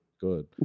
Good